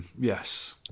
yes